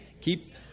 Keep